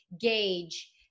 gauge